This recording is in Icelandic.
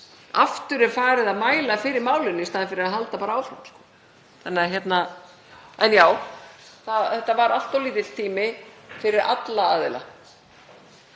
Aftur er farið að mæla fyrir málinu í staðinn fyrir að halda bara áfram. En já, þetta var allt of lítill tími fyrir alla aðila.